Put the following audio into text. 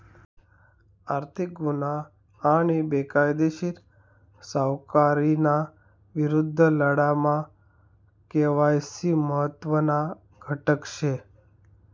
आर्थिक गुन्हा आणि बेकायदेशीर सावकारीना विरुद्ध लढामा के.वाय.सी महत्त्वना घटक शे